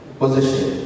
position